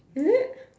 is it